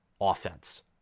offense